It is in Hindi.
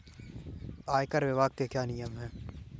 आयकर विभाग के क्या नियम हैं?